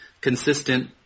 consistent